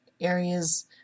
areas